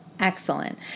Excellent